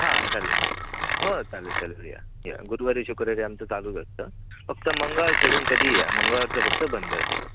हां चालेल हो चालेल चालेल या या गुरूवारी शुक्रवारी आमचं चालूच असतं फक्त मंगळवार सोडून कधीही या मंगळवारचं फक्त बंद असतं